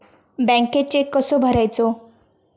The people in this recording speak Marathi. बँकेत चेक कसो भरायचो?